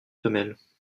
femelles